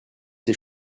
ses